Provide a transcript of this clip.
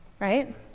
right